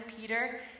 Peter